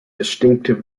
distinctive